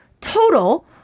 total